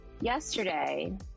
yesterday